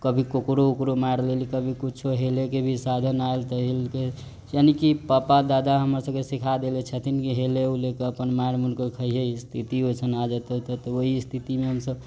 कभी ककुरो वकुरो मारि लेली कभी किछो हेले के भी साधन आएल तऽ हेल के यानी की पापा दादा हमरसबके सिखाए देले छथिन की हेले ऊले के अपन मार मुर के खइहे स्थिति वैसन आ जेतौ तऽ वही स्थिति मे हमसब